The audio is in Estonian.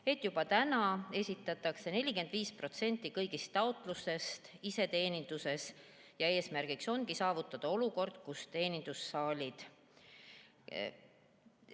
et juba praegu esitatakse 45% kõigist taotlustest iseteeninduses, ja eesmärgiks ongi saavutada olukord, kus teenindussaalid